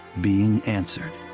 being answered.